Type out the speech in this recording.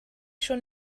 schon